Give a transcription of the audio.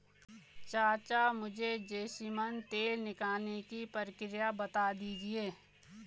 चाचा मुझे भी जैस्मिन तेल निकालने की प्रक्रिया बता दीजिए